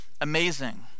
amazing